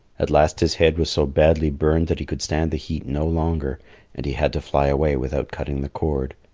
at last his head was so badly burned that he could stand the heat no longer and he had to fly away without cutting the cord.